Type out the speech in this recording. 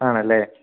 ആണല്ലേ